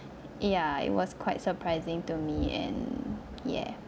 ya it was quite surprising to me and yeah